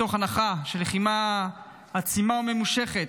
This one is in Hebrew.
מתוך הנחה שלחימה עצימה וממושכת,